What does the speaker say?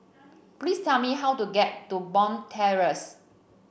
please tell me how to get to Bond Terrace